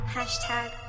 Hashtag